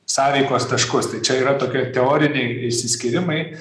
sąveikos taškus tai čia yra tokie teoriniai išsiskyrimai